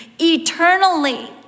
Eternally